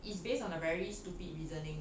is based on a very stupid reasoning